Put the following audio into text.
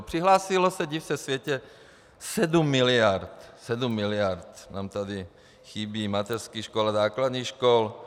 Přihlásilo se, div se světe, 7 mld. 7 mld. nám tady chybí mateřských škol a základních škol.